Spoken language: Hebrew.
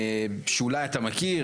שאולי אתה מכיר,